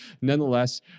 nonetheless